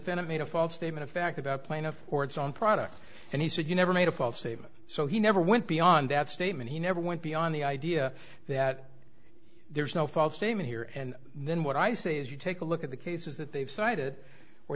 end of made a false statement of fact about plaintiff or its own product and he said you never made a false statement so he never went beyond that statement he never went beyond the idea that there's no false statement here and then what i say is you take a look at the cases that they've cited or